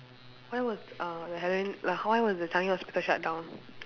why was uh the halloween like why was the Changi Hospital shut down